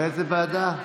לאיזו ועדה?